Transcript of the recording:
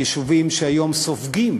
היישובים שהיום סופגים